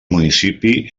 municipi